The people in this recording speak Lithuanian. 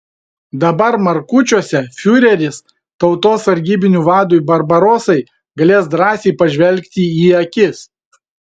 dabar markučiuose fiureris tautos sargybinių vadui barbarosai galės drąsiai pažvelgti į akis